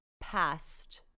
past